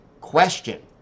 question